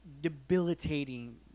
debilitating